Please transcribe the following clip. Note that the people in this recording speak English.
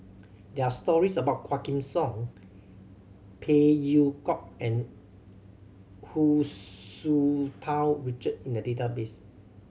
there are stories about Quah Kim Song Phey Yew Kok and Hu Tsu Tau Richard in the database